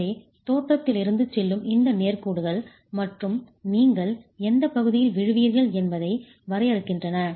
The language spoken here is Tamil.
எனவே தோற்றத்திலிருந்து செல்லும் இந்த நேர்கோடுகள் மற்றும் நீங்கள் எந்தப் பகுதியில் விழுவீர்கள் என்பதை வரையறுக்கின்றன